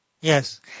Yes